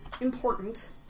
important